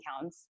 counts